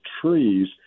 trees